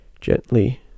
Gently